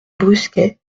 brusquets